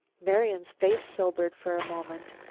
marian's face sobered for a moment.